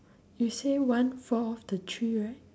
you say one fall off the tree right